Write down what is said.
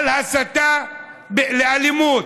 הסתה לאלימות,